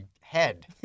head